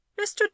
Mr